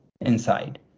inside